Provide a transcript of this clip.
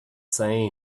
say